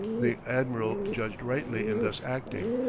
the admiral judged rightly in thus acting,